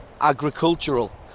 agricultural